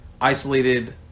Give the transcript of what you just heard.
isolated